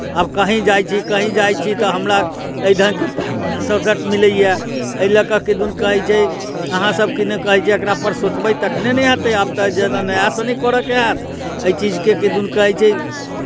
आब कहीँ जाइ छी कहीँ जाइ छी तऽ हमरा एहि ढङ्गके सबक मिलैए एहि लऽ कऽ किदुन कहै छै अहाँसभ किदुन कहै छै एकरापर सोचबै तखने ने हेतै आब तऽ जेना नयासँ नहि करयके हैत एहि चीजके किदुन कहै छै